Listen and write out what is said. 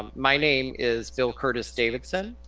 my name is bill curtis-davidson.